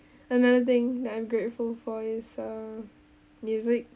another thing that I'm grateful for is uh music